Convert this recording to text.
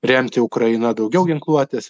remti ukrainą daugiau ginkluotės